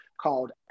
called